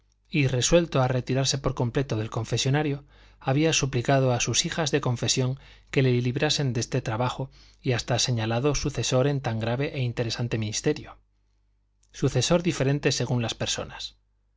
y resuelto a retirarse por completo del confesonario había suplicado a sus hijas de confesión que le librasen de este trabajo y hasta señalado sucesor en tan grave e interesante ministerio sucesor diferente según las personas